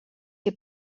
que